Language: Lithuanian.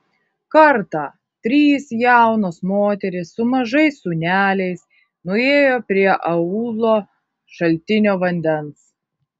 kartą trys jaunos moterys su mažais sūneliais nuėjo prie aūlo šaltinio vandens